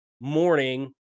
morning